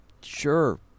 Sure